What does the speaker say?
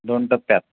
दोन टप्प्यात हा